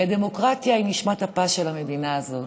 כי הדמוקרטיה היא נשמת אפה של המדינה הזו,